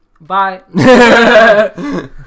Bye